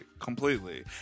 Completely